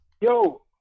yo